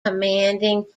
commanding